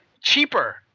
cheaper